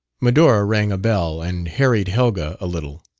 medora rang a bell and harried helga a little.